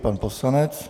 Pan poslanec .